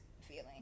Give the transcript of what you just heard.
feeling